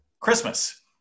Christmas